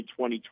2020